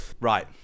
right